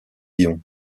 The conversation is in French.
lions